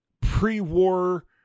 pre-war